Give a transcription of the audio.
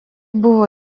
buvo